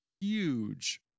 huge